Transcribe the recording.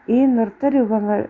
ഈ നൃത്തരൂപങ്ങൾ